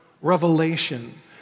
Revelation